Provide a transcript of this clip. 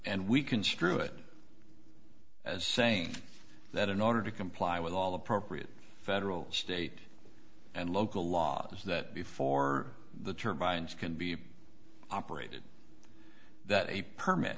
and we construe it as saying that in order to comply with all appropriate federal state and local laws that before the turbines can be operated that a permit